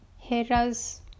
Hera's